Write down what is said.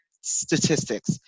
statistics